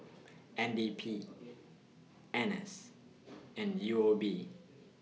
N D P N S and U O B